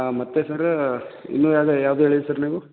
ಮತ್ತು ಸರ್ರ ಇನ್ನೂ ಯಾವ್ದು ಯಾವ್ದು ಹೇಳಿದ್ದು ಸರ್ ನೀವು